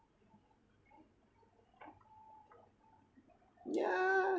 yeah